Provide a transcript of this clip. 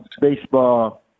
baseball